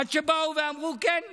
עד שבאו ואמרו: כן,